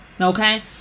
Okay